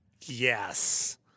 Yes